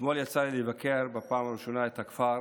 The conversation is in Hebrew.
אתמול יצא לי לבקר בפעם הראשונה בכפר